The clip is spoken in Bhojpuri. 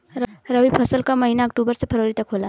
रवी फसल क महिना अक्टूबर से फरवरी तक होला